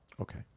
okay